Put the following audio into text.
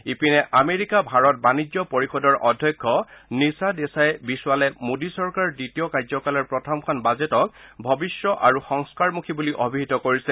ইপিনে আমেৰিকা ভাৰত বাণিজ্য পৰিষদৰ অধ্যক্ষ নিশা দেশাই বিচৱালে মোদী চৰকাৰৰ দ্বিতীয় কাৰ্য্যকালৰ প্ৰথমখন বাজেটক ভৱিষ্য আৰু সংস্কাৰমুখী বুলি অভিহিত কৰিছে